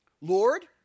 Lord